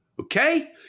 Okay